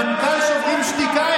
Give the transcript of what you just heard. המנכ"ל של שוברים שתיקה,